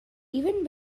even